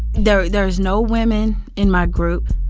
there's there's no women in my group.